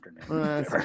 afternoon